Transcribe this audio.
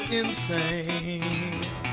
insane